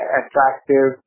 attractive